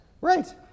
Right